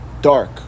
dark